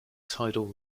tidal